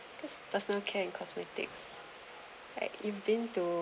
cause personal care and cosmetics like you've been to